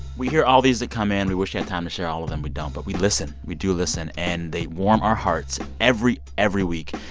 we hear all these that come in. we wish we had time to share all of them. we don't, but we listen. we do listen, and they warm our hearts every, every week.